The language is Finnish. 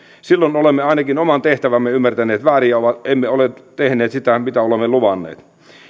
silloin olemme ainakin oman tehtävämme ymmärtäneet väärin ja emme ole tehneet sitä mitä olemme luvanneet